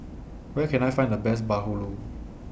Where Can I Find The Best Bahulu